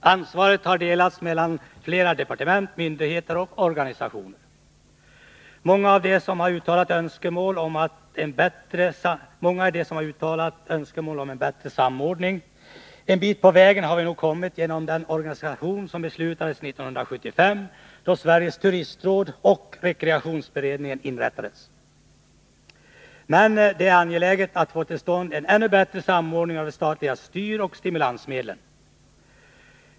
Ansvaret har delats mellan flera departement, myndigheter och organisationer. Många är de som uttalat önskemål om en bättre samordning. En bit på vägen har vi nog kommit genom den organisation som beslutades 1975, då Sveriges turistråd och rekreationsberedningen inrättades. Men det är angeläget att vi får till stånd en ännu bättre samordning av de statliga styroch stimulansmedlen.